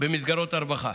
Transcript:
במסגרות הרווחה.